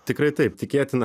tikrai taip tikėtina